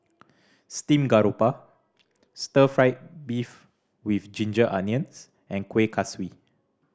steamed garoupa Stir Fry beef with ginger onions and Kuih Kaswi